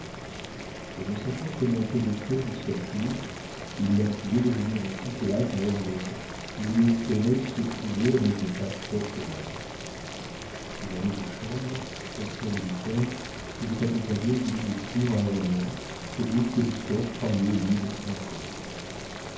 mais ne sachant comment pénétrer jusqu'à tours il la priait de venir en toute hâte à orléans où il espérait se trouver avec des passe-ports pour elle ce valet de chambre ancien militaire devait accompagner julie de tours à orléans route que victor croyait libre encore